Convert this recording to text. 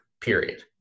period